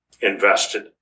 invested